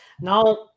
Now